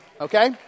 Okay